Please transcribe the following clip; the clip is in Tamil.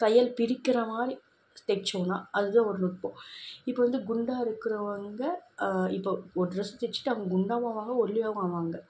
தையல் பிரிக்கிற மாதிரி தைச்சோம்ன்னா அது வந்து ஒரு நுட்பம் இப்போ வந்து குண்டா இருக்கிறவங்க இப்போது ஒரு ட்ரெஸ் தைச்சிட்டா அவங்க குண்டாகவும் ஆவாங்க ஒல்லியாகவும் ஆவாங்க